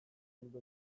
bildu